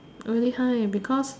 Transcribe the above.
really high because